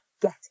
get